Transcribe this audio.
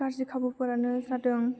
गाज्रि खाबुफोरानो जादों